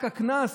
רק הקנס?